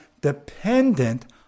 dependent